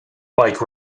bike